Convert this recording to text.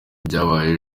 ibyabaye